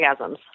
orgasms